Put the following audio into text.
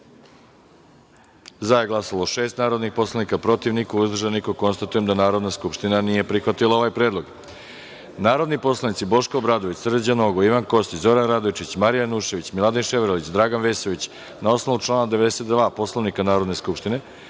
glasanje: za – 10, protiv –niko, uzdržan – niko. Konstatujem da Narodna skupština nije prihvatila ovaj predlog. Narodni poslanici Boško Obradović, Srđan Nogo, Ivan Kostić, Zoran Radojičić, Marija Janjušević, Miladin Ševarlić, Dragan Vesović, na osnovu člana92. Poslovnika Narodne skupštine